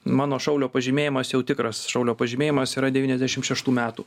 mano šaulio pažymėjimas jau tikras šaulio pažymėjimas yra devyniasdešim šeštų metų